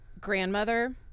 grandmother